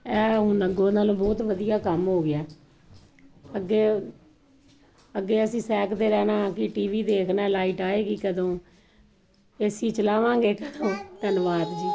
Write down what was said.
ਐਹ ਹੁਣ ਅੱਗੇ ਨਾਲੋਂ ਬਹੁਤ ਵਧੀਆ ਕੰਮ ਹੋ ਗਿਆ ਅੱਗੇ ਅੱਗੇ ਅਸੀਂ ਸੈਂਕ ਤੇ ਰਹਿਣਾ ਕਿ ਟੀਵੀ ਦੇਖਣਾ ਲਾਈਟ ਆਏਗੀ ਕਦੋਂ ਏਸੀ ਚਲਾਵਾਂਗੇ ਕਦੋਂ ਧੰਨਵਾਦ ਜੀ